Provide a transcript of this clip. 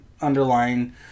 underlying